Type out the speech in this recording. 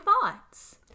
thoughts